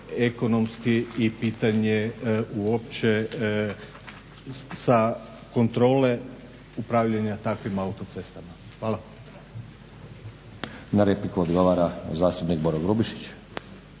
ekonomske i pitanje uopće kontrole upravljanja takvim autocestama. Hvala. **Stazić, Nenad (SDP)** Na repliku odgovora zastupnik Boro Grubišić.